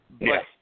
Yes